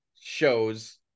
shows